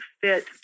fit